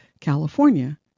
California